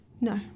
No